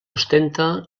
ostenta